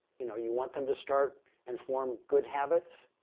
you know, you want them to start and form good habits.